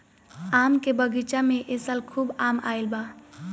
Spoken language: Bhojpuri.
आम के बगीचा में ए साल खूब आम आईल बा